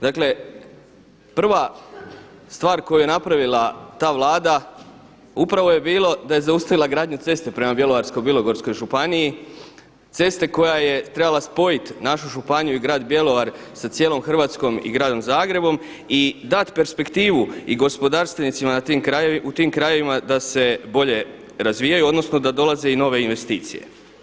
Dakle prva stvar koju je napravila ta Vlada upravo je bilo da je zaustavila gradnju ceste prema Bjelovarsko-bilogorskoj županiji, ceste koja je trebala spojiti našu županiju i grad Bjelovar sa cijelom Hrvatskom i gradom Zagrebom i dati perspektivu i gospodarstvenicima u tim krajevima da se bolje razvijaju odnosno da dolaze i nove investicije.